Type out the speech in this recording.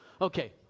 Okay